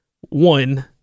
one